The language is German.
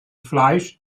fleisch